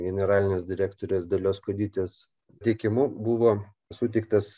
generalinės direktorės dalios kuodytės teikimu buvo suteiktas